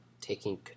taking